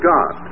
God